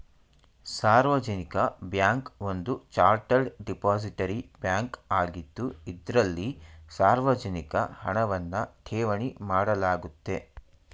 ಸಾರ್ವಜನಿಕ ಬ್ಯಾಂಕ್ ಒಂದು chartered depository bank ಆಗಿದ್ದು ಇದ್ರಲ್ಲಿ ಸಾರ್ವಜನಿಕ ಹಣವನ್ನ ಠೇವಣಿ ಮಾಡಲಾಗುತ್ತೆ